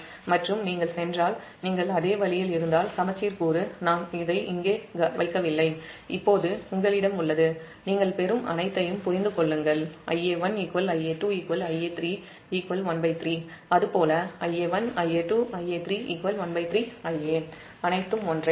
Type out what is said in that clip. மற்றும் Ib Ic 0 மற்றும் நீங்கள் அதே வழியில் இருந்தால்ச மச்சீர் கூறு நான் அதை இங்கே வைக்கவில்லை இப்போது உங்களிடம் உள்ளது நீங்கள் பெறும் அனைத்தையும் புரிந்து கொள்ளுங்கள் Ia1 Ia2 Ia3 13 அது போல Ia1Ia2Ia3 13 Ia அனைத்தும் ஒன்றே